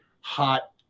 hot